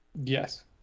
yes